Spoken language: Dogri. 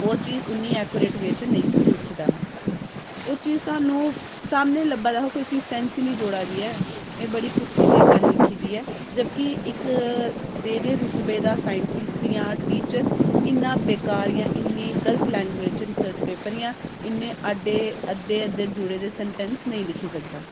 ओह् चीज उन्नी ऐकोरेट बिच नेईं लिखे दा हा ओह् चीज स्हानू सामनै लब्भै दा हा कोई चीज सैंस नेईं जुड़ै दी ऐ एह् बड़ी पुट्ठी जेही गल्ल लिखी दी ऐ जबकि इक नेह् नेह् रुतबे दा साइंटिस्ट जां टीचर इन्ना बेकार जां इन्नी गल्त लैंग्वेज च रिसर्च पेपर जां इन्ने आडे़ अद्धे अद्धे जुड़े दे सन्टैंस नेई लिखी सकदा